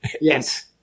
Yes